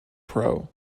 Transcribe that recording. pro